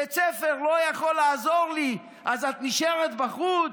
בית ספר לא יכול לעזור לי, אז את נשארת בחוץ?